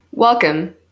Welcome